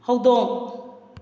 ꯍꯧꯗꯣꯡ